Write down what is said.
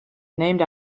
named